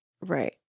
Right